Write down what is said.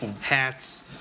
hats